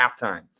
halftime